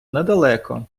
недалеко